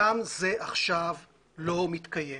גם זה עכשיו לא מתקיים